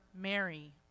Mary